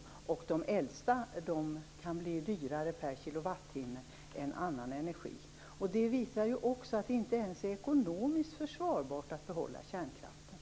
Energi från de äldsta kan bli dyrare per kilowattimme än annan energi. Det visar också att det inte ens är ekonomiskt försvarbart att behålla kärnkraften.